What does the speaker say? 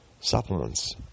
supplements